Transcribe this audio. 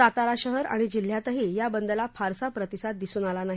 सातारा शहर आणि जिल्ह्यातही या बंदला फारसा प्रतिसाद दिसून आला नाही